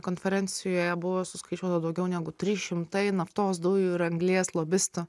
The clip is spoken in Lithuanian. konferencijoje buvo suskaičiuota daugiau negu trys šimtai naftos dujų ir anglies lobistų